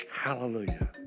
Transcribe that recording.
Hallelujah